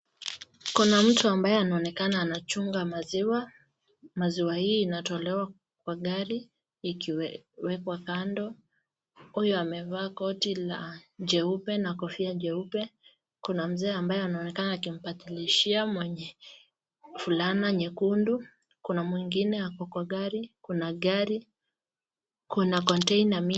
Kuna mtu ambaye anaonekana anachunga maziwa, maziwa hii inatolewa kwa gari ikiwekwa kando. Huyu amevaa koti la jeupe na kofia jeupe. Kuna mzee anayeonekana akimpatilishia mwenye fulana nyekundu kuna mwingine ako kwa gari, kuna gari kuna container mingi.